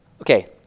Okay